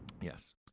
Yes